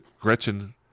Gretchen